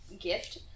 gift